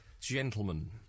Gentlemen